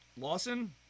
Lawson